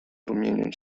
rumieniąc